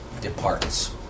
departs